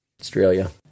Australia